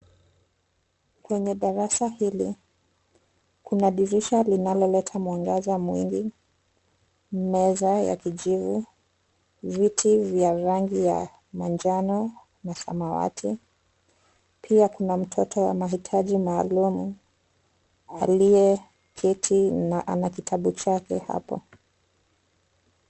kwanye darasa hili kuna dirisha Linaloleta mwangaza mwingi. Meza ya kivivu viti vya rangi rangi ya manjano na samawati pia kuna mtoto wa mahitaji maalum aliyeketi na ana kitabu chake hapo.